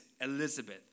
Elizabeth